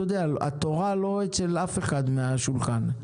אתה יודע, התורה לא אצל אף אחד מיושבי השולחן.